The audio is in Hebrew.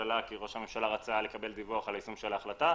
ראש הממשלה רצה לקבל דיווח על היישום של ההחלטה.